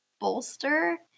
bolster